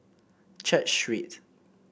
Church Street